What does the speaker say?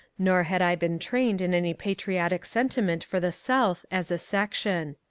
nor had i been trained in any patri otic sentiment for the south as a section.